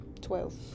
Twelve